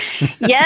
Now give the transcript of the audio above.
Yes